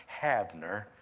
Havner